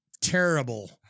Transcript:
terrible